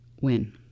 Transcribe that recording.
win